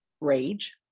rage